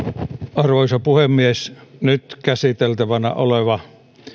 arvoisa puhemies nyt käsiteltävänä